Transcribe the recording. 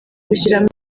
gushyiramo